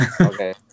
Okay